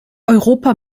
europa